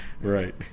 Right